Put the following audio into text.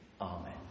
Amen